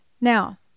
Now